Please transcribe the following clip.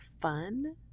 fun